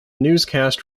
newscast